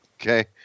Okay